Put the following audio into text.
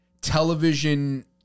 television